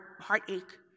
heartache